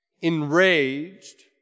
enraged